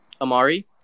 Amari